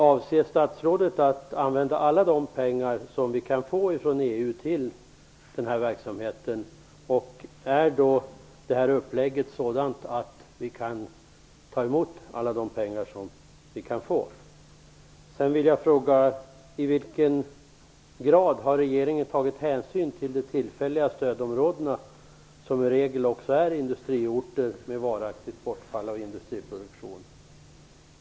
Avser statsrådet att använda alla de pengar som vi kan få från EU till den här verksamheten, och är då uppläggningen sådan att vi kan ta emot alla de pengar som vi kan få? I vilken grad har regeringen tagit hänsyn till de tillfälliga stödområdena, som i regel också är industriorter med varaktigt bortfall av industriproduktion?